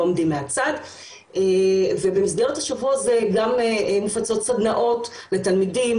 עומדים מהצד ובמסגרת השבוע הזה גם מופצות סדנאות לתלמידים,